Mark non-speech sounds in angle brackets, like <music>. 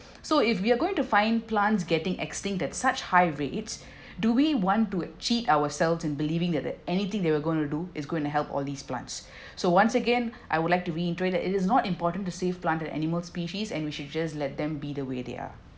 so if we're going to find plants getting extinct at such high rates <breath> do we want to cheat ourselves in believing that that anything they were going to do is going to help all these plants so once again I would like to reiterate it is not important to save plant and animal species and we should just let them be the way they are